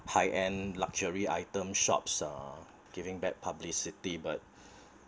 high end luxury items shops are giving bad publicity but